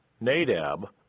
Nadab